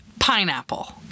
Pineapple